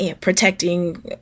protecting